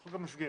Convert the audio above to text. בחוק המסגרת,